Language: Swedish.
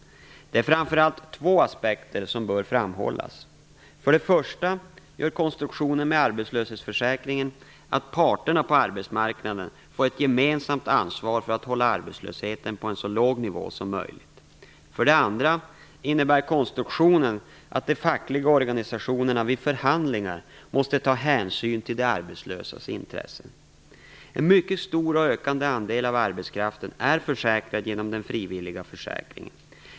Det är framför allt två aspekter som bör framhållas. För det första gör konstruktionen med arbetslöshetsförsäkringen att parterna på arbetsmarknaden får ett gemensamt ansvar för att hålla arbetslösheten på en så låg nivå som möjligt. För det andra innebär konstruktionen att de fackliga organisationerna vid förhandlingar måste ta hänsyn till de arbetslösas intressen. En mycket stor och ökande andel av arbetskraften är försäkrad genom den frivilliga försäkringen.